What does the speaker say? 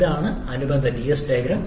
ഇതാണ് അനുബന്ധ Ts diagram